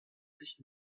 sich